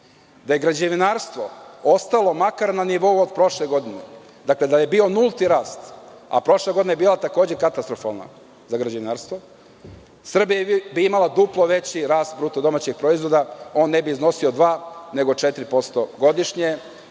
Da je građevinarstvo ostalo makar na nivou od prošle godine, dakle, da je bio nulti rast, a prošla godina je bila takođe katastrofalna za građevinarstvo, Srbija bi imala duplo veći rast BDP, on ne bi iznosio 2% nego 4% godišnje